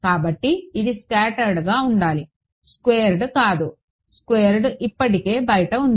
కాబట్టి ఇది స్కాట్టర్ గా ఉండాలి స్క్వేర్డ్ కాదు స్క్వేర్డ్ ఇప్పటికే బయట ఉంది